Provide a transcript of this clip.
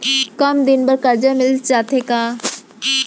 कम दिन बर करजा मिलिस जाथे का?